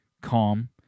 calm